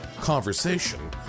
conversation